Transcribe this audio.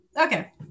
Okay